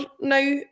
now